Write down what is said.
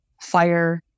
fire